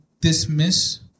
dismiss